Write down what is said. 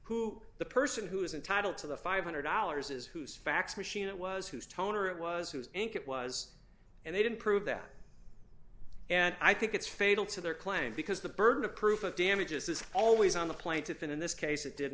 who the person who is entitled to the five hundred dollars is who's fax machine it was whose toner it was whose ink it was and they didn't prove that and i think it's fatal to their claim because the burden of proof of damages is always on the plaintiff in this case it didn't